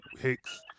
Hicks